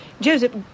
Joseph